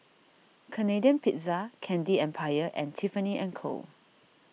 Canadian Pizza Candy Empire and Tiffany and Co